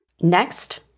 Next